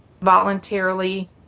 voluntarily